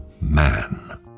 man